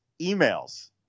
emails